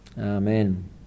Amen